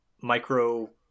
micro